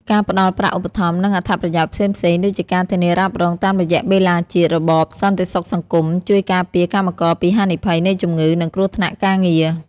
ការផ្ដល់ប្រាក់ឧបត្ថម្ភ និងអត្ថប្រយោជន៍ផ្សេងៗដូចជាការធានារ៉ាប់រងតាមរយៈបេឡាជាតិរបបសន្តិសុខសង្គម ជួយការពារកម្មករពីហានិភ័យនៃជំងឺ និងគ្រោះថ្នាក់ការងារ។